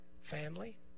family